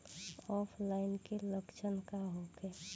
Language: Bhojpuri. ऑफलाइनके लक्षण का होखे?